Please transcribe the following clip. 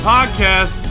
Podcast